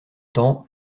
temps